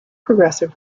progressive